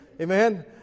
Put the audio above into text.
Amen